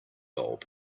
bulb